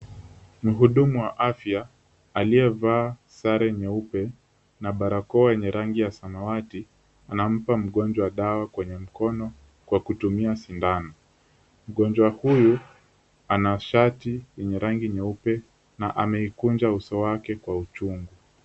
Mhudumu wa afya aliyevaa sare nyeupe na barakoa yenye rangi ya samawati anampa mgonjwa dawa kwenye mkono kwa kutumia sindano ,mgonjwa huyu ana shati yenye rangi nyeupe na ameikunja uso wake kwa uchungu.